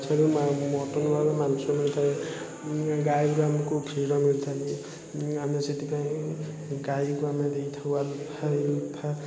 ଛେଳି ଆଉ ମଟନ୍ରୁ ମାଂସ ମିଳିଥାଏ ଗାଈରୁ ଆମକୁ କ୍ଷୀର ମିଳିଥାଏ ଆମେ ସେଥିପାଇଁ ଗାଈକୁ ଆମେ ଦେଇଥାଉ ଆଲଫା ଇଲଫା